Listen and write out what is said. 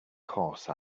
course